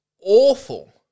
awful